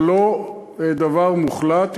אבל לא דבר מוחלט,